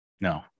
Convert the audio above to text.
no